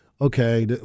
okay